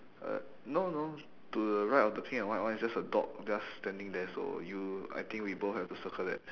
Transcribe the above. uh no no to the right of the pink and white one it's just a dog just standing there so you I think we both have to circle that